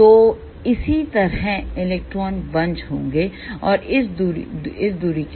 तो इसी तरह इलेक्ट्रॉन बंच होंगे इस दूरी के बाद